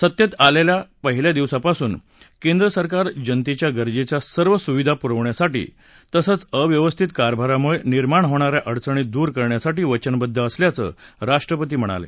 सत्तेत आल्याच्या पहिल्या दिवसापासून केंद्र सरकार जनतेला गरजेच्या सर्व सुविधा पुरवण्यासाठी तसंच अव्यवस्थित कारभारामुळे निर्माण होणाऱ्या अडचणी दूर करण्यासाठी वचनबद्ध असल्याचं राष्ट्रपती म्हणाले